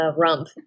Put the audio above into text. Rump